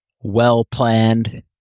well-planned